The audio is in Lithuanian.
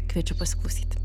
kviečiu pasiklausyti